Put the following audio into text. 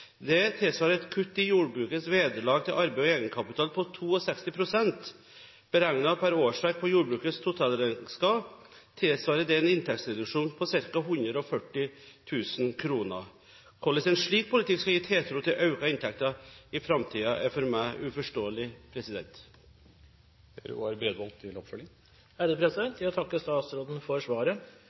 Det tilsvarer et kutt i jordbrukets vederlag til arbeid og egenkapital på 62 pst. Beregnet per årsverk på jordbrukets totalregnskap tilsvarer det en inntektsreduksjon på ca. 140 000 kr. Hvordan en slik politikk skal gi tiltro til økte inntekter i framtiden, er for meg uforståelig.